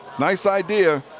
nice idea